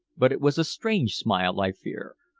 but it was a strange smile, i fear,